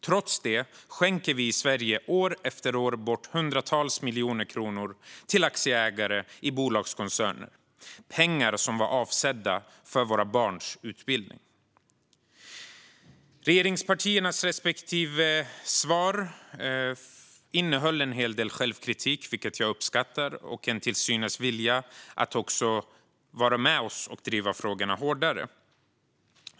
Trots det, skänker vi i Sverige år efter år bort hundratals miljoner kronor till aktieägare i bolagskoncerner - pengar som var avsedda för våra barns utbildning." Regeringspartiernas respektive svar innehöll en hel del självkritik, vilket jag uppskattar, och till synes en vilja att vara med oss och driva frågorna hårdare.